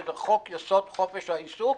שזה חוק יסוד: חופש העיסוק.